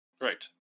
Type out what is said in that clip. Right